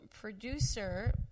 producer